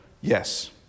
Yes